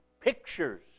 pictures